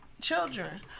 children